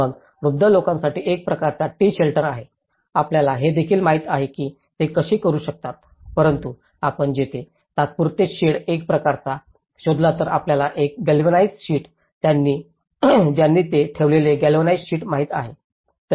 मग वृद्ध लोकांसाठी एक प्रकारचा टी शेल्टर आहे आपल्याला हे देखील माहित आहे की ते कसे करू शकतात परंतु आपण तेथे तात्पुरते शेड एक प्रकारचा शोधला तर आपल्याला त्या गॅल्वनाइज्ड शीट्स ज्यांनी ते ठेवलेले गॅल्वनाइज्ड शीट्स माहित आहेत